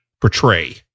portray